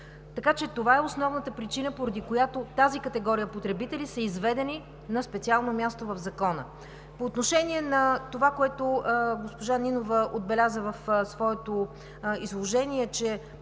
Това е основната причина, поради която тази категория потребители са изведени на специално място в Закона. По отношение това, което госпожа Нинова отбеляза в своето изложение – че